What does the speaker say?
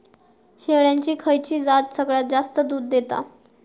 शेळ्यांची खयची जात सगळ्यात जास्त दूध देता?